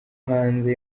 hanze